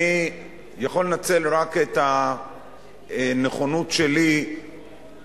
אני יכול לנצל רק את הנכונות שלי לתת